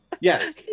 Yes